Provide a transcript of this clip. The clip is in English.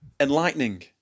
enlightening